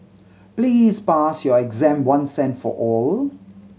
please pass your exam once and for all